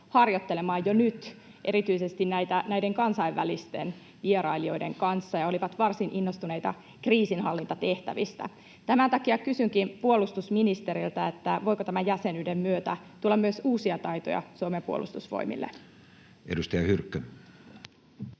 harjoittelemaan jo nyt erityisesti näiden kansainvälisten vierailijoiden kanssa ja he olivat varsin innostuneita kriisinhallintatehtävistä. Tämän takia kysynkin puolustusministeriltä: voiko tämän jäsenyyden myötä tulla myös uusia taitoja Suomen puolustusvoimille? [Speech 83]